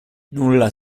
nulla